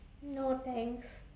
no thanks